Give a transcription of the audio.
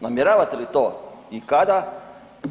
Namjeravate li to i kada